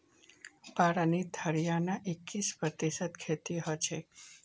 बारानीत हरियाणार इक्कीस प्रतिशत खेती हछेक